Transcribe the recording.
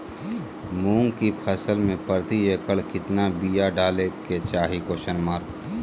मूंग की फसल में प्रति एकड़ कितना बिया डाले के चाही?